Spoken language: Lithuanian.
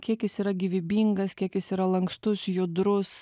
kiek jis yra gyvybingas kiek jis yra lankstus judrus